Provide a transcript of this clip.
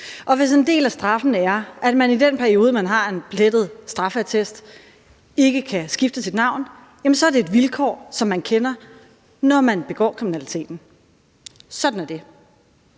Og hvis en del af straffen er, at man i den periode, man har en plettet straffeattest, ikke kan skifte navn, så er det et vilkår, som man kender, når man begår kriminaliteten. Sådan er det.